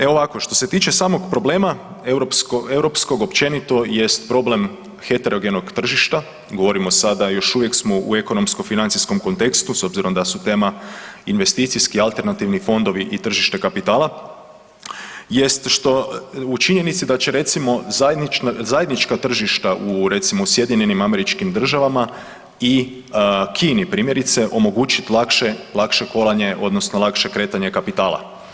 E ovako, što se tiče samog problema, europskog općenito jest problem heterogenog tržišta, govorimo sada, još uvijek smo u ekonomsko-financijskom kontekstu, s obzirom da su tema investicijski alternativni fondovi i tržište kapitala jest što, u činjenici da će recimo zajednička tržišta u, recimo, u SAD-u i Kini primjerice, omogućiti lakše kolanje, odnosno lakše kretanje kapitala.